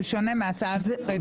מההצעה הנוכחית.